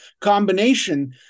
combination